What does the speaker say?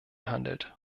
handelt